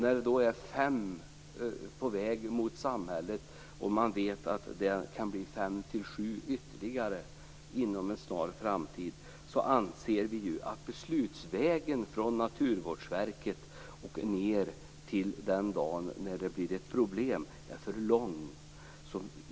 När då fem är på väg mot samhället, och man vet att det kan bli ytterligare fem till sju inom en snar framtid, anser vi att beslutsvägen från Naturvårdsverket till den dag det blir problem är för lång.